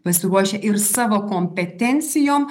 pasiruošę ir savo kompetencijom